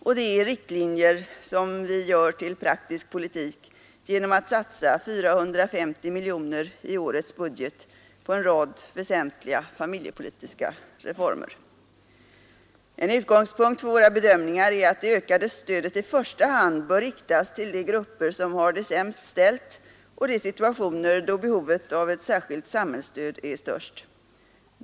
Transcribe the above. Och det är riktlinjer som vi gör till praktisk politik genom att satsa 450 miljoner kronor i årets budget på en rad väsentliga familjepolitiska reformer. En utgångspunkt för våra bedömningar är att det ökade stödet i första hand bör riktas till de grupper som har det sämst ställt och de situationer då behovet av ett särskilt samhällsstöd är störst.